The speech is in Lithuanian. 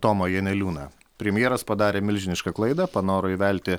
tomą janeliūną premjeras padarė milžinišką klaidą panoro įvelti